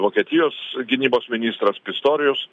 vokietijos gynybos ministras pistorijus